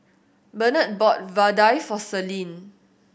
Bernard bought vadai for Celine